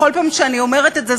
בכל פעם שאני אומרת את זה,